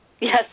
Yes